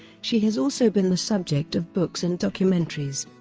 she has also been the subject of books and documentaries.